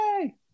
yay